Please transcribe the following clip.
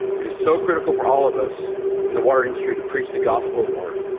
it is so critical for all of us in the water industry to preach the gospel of water.